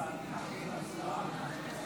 הימין הממלכתי